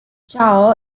chao